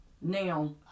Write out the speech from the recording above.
Now